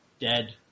dead